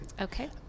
Okay